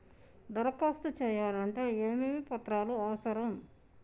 దరఖాస్తు చేయాలంటే ఏమేమి పత్రాలు అవసరం?